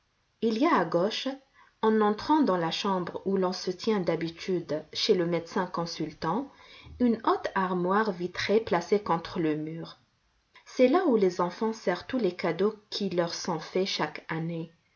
il y a à gauche en entrant dans la chambre où l'on se tient d'habitude chez le médecin consultant une haute armoire vitrée placée contre le mur c'est là où les enfants serrent tous les cadeaux qui leur sont faits chaque année